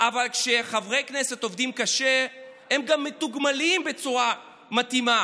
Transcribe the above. אבל כשחברי כנסת עובדים קשה הם גם מתוגמלים בצורה מתאימה.